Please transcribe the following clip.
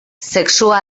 sexua